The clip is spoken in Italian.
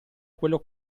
quello